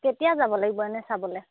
কেতিয়া যাব লাগিব এনে চাবলৈ